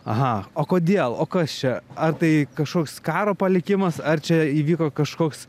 aha o kodėl o kas čia ar tai kažkoks karo palikimas ar čia įvyko kažkoks